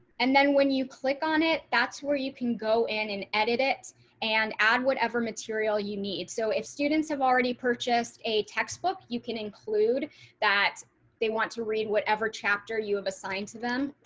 and then when you click on it. that's where you can go in and edit it and add whatever material you need. so if students have already purchased a textbook you can include that they want to read whatever chapter you have assigned to them.